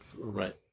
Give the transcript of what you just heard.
Right